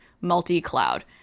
multi-cloud